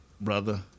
Brother